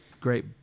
great